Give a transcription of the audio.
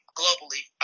globally